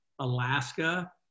Alaska